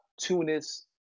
Tunis